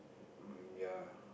um ya